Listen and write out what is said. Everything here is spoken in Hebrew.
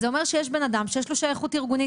זה אומר שיש בן אדם שיש לו שייכות ארגונית